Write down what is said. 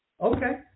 Okay